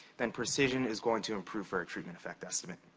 then precision is going to improve for our treatment effect estimate.